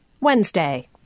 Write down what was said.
wednesday